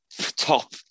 top